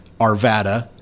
Arvada